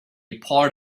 part